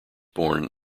born